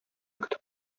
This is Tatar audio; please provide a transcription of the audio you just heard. көтеп